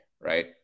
Right